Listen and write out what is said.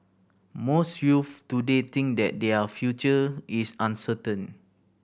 most youths today think that their future is uncertain